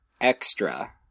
extra